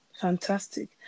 fantastic